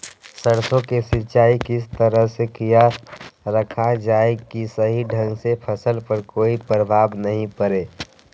सरसों के सिंचाई किस तरह से किया रखा जाए कि सही ढंग से फसल पर कोई प्रभाव नहीं पड़े?